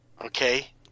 okay